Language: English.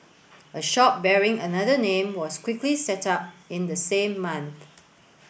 a shop bearing another name was quickly set up in the same month